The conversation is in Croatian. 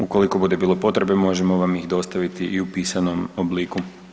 Ukoliko bude bilo potrebe, možemo vam ih dostaviti i u pisanom obliku.